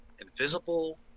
invisible